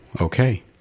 okay